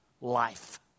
life